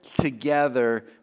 together